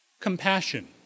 Compassion